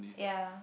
ya